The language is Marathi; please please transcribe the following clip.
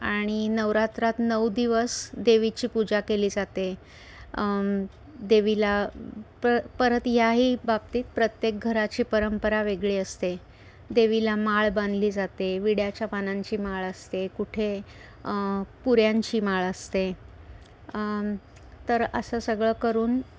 आणि नवरात्रात नऊ दिवस देवीची पूजा केली जाते देवीला प परत याही बाबतीत प्रत्येक घराची परंपरा वेगळी असते देवीला माळ बांधली जाते विड्याच्या पानांची माळ असते कुठे पुऱ्यांची माळ असते तर असं सगळं करून